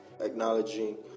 acknowledging